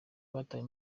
batawe